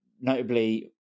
notably